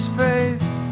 face